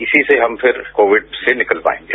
इसीसे हम फिर कोविड से निकल पाएंगे